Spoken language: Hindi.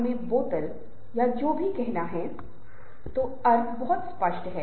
उन्हें कभी कभी खुलासा करना पड़ता है उन्हें आपस में विश्वास पैदा करना होता है